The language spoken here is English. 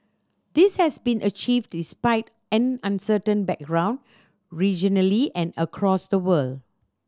this has been achieved despite an uncertain background regionally and across the world